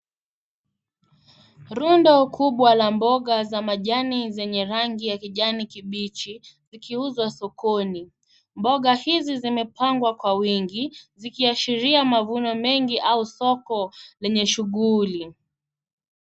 Rundo kubwa la mboga za majani zenye rangi ya kijani kibichi zikiuzwa sokoni. Mboga hizi zimepangwa kwa wingi, zikiashiria mavuno mengi au soko lenye shughuli.